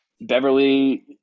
Beverly